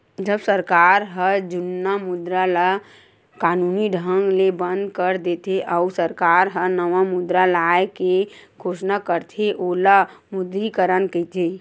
जब सरकार ह जुन्ना मुद्रा ल कानूनी ढंग ले बंद कर देथे, अउ सरकार ह नवा मुद्रा लाए के घोसना करथे ओला विमुद्रीकरन कहिथे